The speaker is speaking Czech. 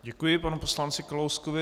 Děkuji panu poslanci Kalouskovi.